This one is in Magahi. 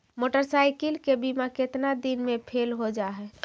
मोटरसाइकिल के बिमा केतना दिन मे फेल हो जा है?